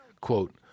quote